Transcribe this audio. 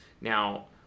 Now